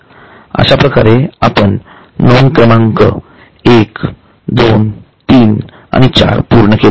तर अश्या प्रकारे आपण नोंद क्रमांक 1 2 3 आणि 4 पूर्ण केले आहेत